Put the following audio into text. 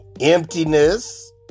emptiness